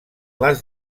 les